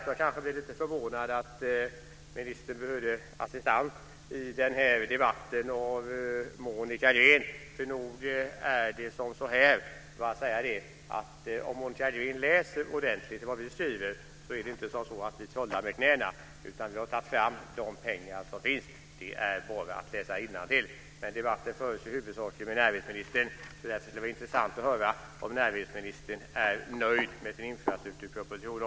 Jag kanske blir lite förvånad över att ministern behöver assistans i den här debatten av Monica Green. Om Monica Green läser ordentligt vad vi skriver ser hon att vi inte trollar med knäna. Vi har tagit fram de pengar som finns. Det är bara att läsa innantill. Debatten förs huvudsakligen med näringsministern. Därför skulle det vara intressant att höra om näringsministern är nöjd med infrastrukturpropositionen.